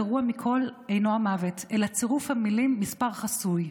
הגרוע מכול אינו המוות אלא צירוף המילים "מספר חסוי".